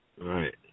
Right